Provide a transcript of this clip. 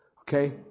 Okay